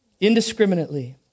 indiscriminately